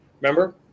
remember